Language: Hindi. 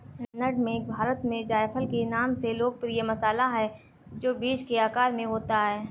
नट मेग भारत में जायफल के नाम से लोकप्रिय मसाला है, जो बीज के आकार में होता है